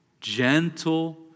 gentle